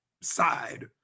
side